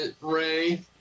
Ray